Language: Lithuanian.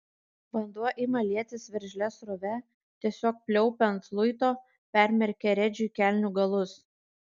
vanduo ima lietis veržlia srove tiesiog pliaupia ant luito permerkia redžiui kelnių galus